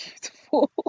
beautiful